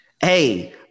Hey